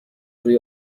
روی